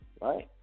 right